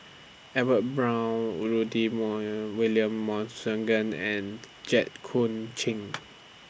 Edwin Brown Rudy William and Jit Koon Ch'ng